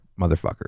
motherfucker